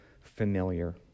familiar